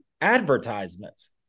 advertisements